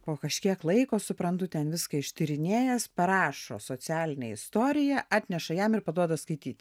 po kažkiek laiko suprantu ten viską ištyrinėjęs parašo socialinę istoriją atneša jam ir paduoda skaityt